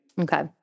Okay